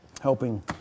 helping